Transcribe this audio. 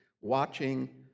watching